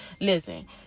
Listen